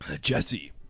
Jesse